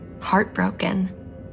heartbroken